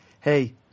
Hey